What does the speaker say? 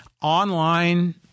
online